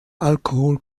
alkohol